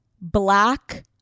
black